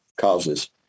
causes